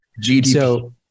GDP